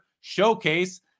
Showcase